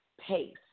pace